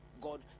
God